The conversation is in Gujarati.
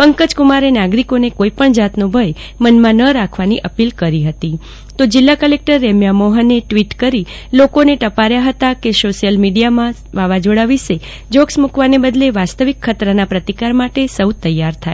પંકજકુમારે નાગરિકોને કોઈપણ જાતનો ભય મનમાં ન રાખવાની અપીલ કરી ફતી તો જિલ્લા કલેક્ટર રેમ્યા મોફને ટ્વીટ કરી લોકોને ટપાર્યા ફતા કે સોશિયલ મીડિયામાં વાવાઝોડા વિશે જોક્સ મુકવાને બદલે વાસ્તવિક ખતરાના પ્રતિકાર માટે સૌ તૈયાર થાય